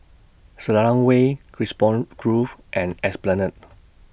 Selarang Way Carisbrooke Grove and Esplanade